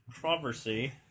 controversy